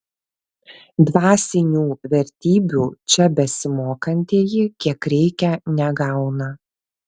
dvasinių vertybių čia besimokantieji kiek reikia negauna